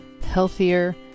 healthier